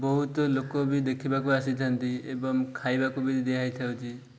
ବହୁତ ଲୋକ ବି ଦେଖିବାକୁ ଆସିଥାନ୍ତି ଏବଂ ଖାଇବାକୁ ବି ଦିଆହେଇଥାଉଛି